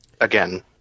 again